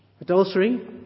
Adultery